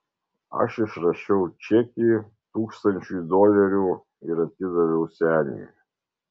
aš išrašiau čekį tūkstančiui dolerių ir atidaviau seniui